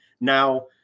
Now